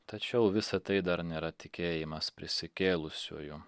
tačiau visa tai dar nėra tikėjimas prisikėlusiuoju